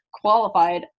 qualified